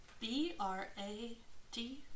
B-R-A-D